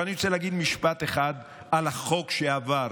עכשיו אני רוצה להגיד משפט אחד על החוק שעבר,